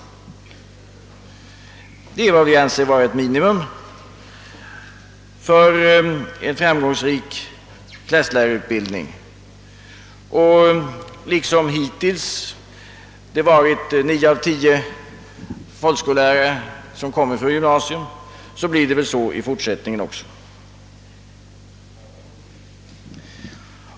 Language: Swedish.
Detta är vad vi anser bör vara ett minimum för en framgångsrik klasslärarutbildning, och liksom hittills 9 av 10 folkskollärare kommit från gymnasium lär det väl bli så i fortsättningen också.